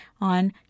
on